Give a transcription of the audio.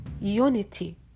unity